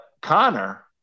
Connor